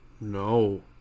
No